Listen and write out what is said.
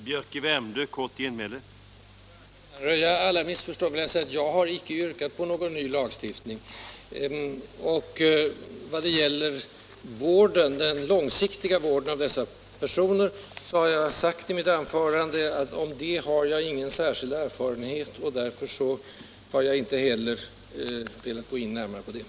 Herr talman! För att undanröja alla missförstånd vill jag säga att jag icke har yrkat på någon ny lagstiftning. Vad gäller den långsiktiga vården av dessa personer har jag i ett tidigare anförande sagt att jag inte har någon speciell erfarenhet därav. Därför har jag inte heller velat gå närmare in på den.